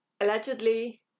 Allegedly